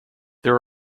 there